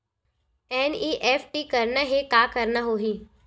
NEFT करना हे का करना होही?